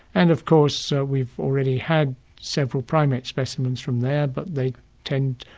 and of course so we've already had several primate specimens from there but they tend,